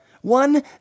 One